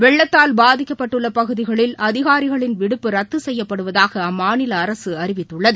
வெள்ளத்தால் பாதிக்கப்பட்டுள்ள பகுதிகளில் அதிகாரிகளின் விடுப்பு ரத்து சுசய்யப்படுவதாக அம்மாநில அரசு அறிவித்துள்ளது